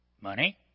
Money